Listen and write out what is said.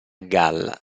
galla